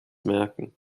merken